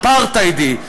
אפרטהיידי,